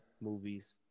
movies